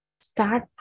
start